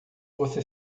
você